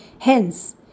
Hence